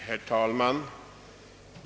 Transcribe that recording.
Herr talman!